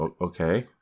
okay